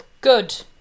Good